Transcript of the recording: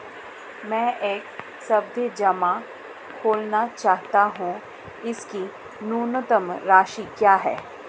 मैं एक सावधि जमा खोलना चाहता हूं इसकी न्यूनतम राशि क्या है?